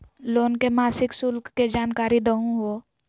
Loan के मासिक शुल्क के जानकारी दहु हो?